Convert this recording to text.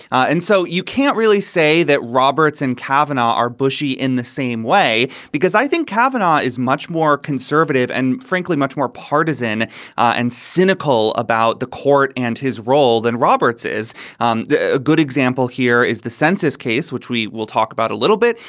and so you can't really say that roberts and kavanaugh are bushie in the same way, because i think kavanaugh is much more conservative and frankly much more partisan and cynical about the court and his role than roberts is um a good example. here is the census case, which we will talk about a little bit.